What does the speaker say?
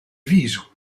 viso